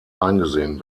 eingesehen